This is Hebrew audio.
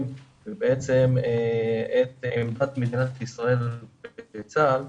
ובעצם את עמדת מדינת ישראל וצבא ההגנה לישראל,